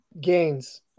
gains